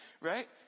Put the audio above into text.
right